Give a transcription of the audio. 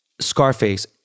Scarface